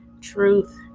Truth